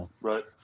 Right